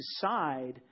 decide